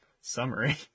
summary